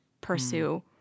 pursue